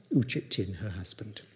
u chit tin, her husband.